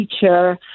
teacher